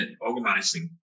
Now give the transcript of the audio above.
organizing